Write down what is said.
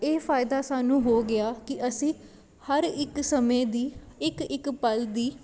ਇਹ ਫਾਇਦਾ ਸਾਨੂੰ ਹੋ ਗਿਆ ਕਿ ਅਸੀਂ ਹਰ ਇੱਕ ਸਮੇਂ ਦੀ ਇੱਕ ਇੱਕ ਪਲ ਦੀ